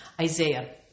Isaiah